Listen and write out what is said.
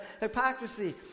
hypocrisy